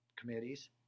committees